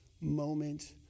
moment